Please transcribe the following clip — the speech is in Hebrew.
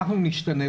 אנחנו נשתנה,